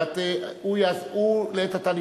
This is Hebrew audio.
להתגייס לצבא.